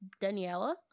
Daniela